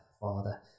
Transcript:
Father